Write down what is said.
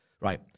Right